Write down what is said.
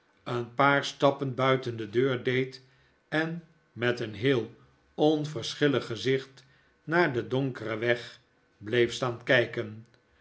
een paar stappen buiten de deur deed en met een heel onverschillig gezicht naar den donkeren weg bleef staan kijken